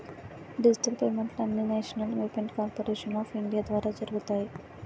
digital పేమెంట్లు అన్నీనేషనల్ payment corporation of India ద్వారా జరుగుతాయి